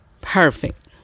perfect